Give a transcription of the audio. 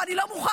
ואני לא מוכן.